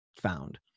found